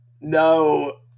No